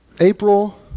April